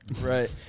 right